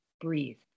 breathe